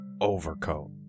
Overcoat